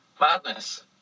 madness